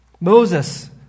Moses